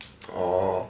orh